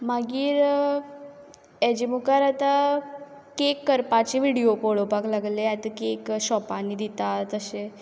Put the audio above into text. मागीर एज मुखार आतां कॅक करपाचे व्हिडियो पळोवपाक लागलें आतां कॅक शॉपांनी दिता तशे